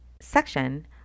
section